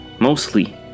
Mostly